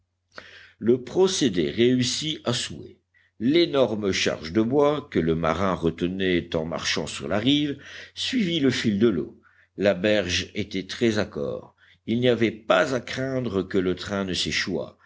le procédé réussit à souhait l'énorme charge de bois que le marin retenait en marchant sur la rive suivit le fil de l'eau la berge était très accore il n'y avait pas à craindre que le train ne